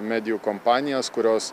medijų kompanijas kurios